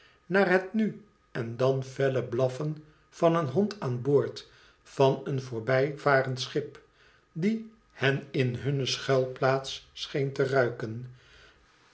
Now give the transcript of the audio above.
naar het nu en dan felle blaffen van een hond aan boord van een voorbijvarend schip die hen in hunne schuilplaats scheen te ruiken